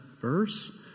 verse